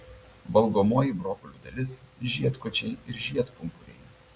valgomoji brokolių dalis žiedkočiai ir žiedpumpuriai